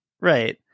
Right